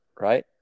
right